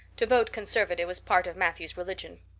to vote conservative was part of matthew's religion.